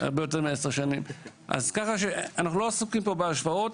אז ככה שאנחנו לא עסוקים פה בהשוואות.